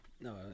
No